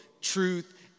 truth